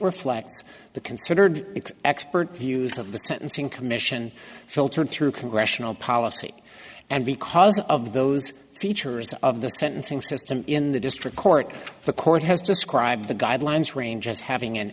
reflects the considered it expert views of the sentencing commission filtered through congressional policy and because of those features of the sentencing system in the district court the court has described the guidelines range as having an